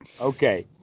okay